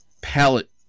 palette